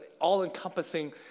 all-encompassing